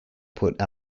put